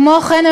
כמו כן,